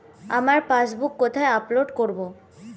আমার পাসবুক কোথায় আপডেট করব?